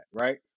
right